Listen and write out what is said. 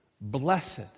blessed